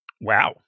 Wow